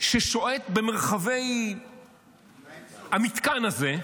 ששועט במרחבי המתקן הזה.